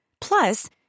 Plus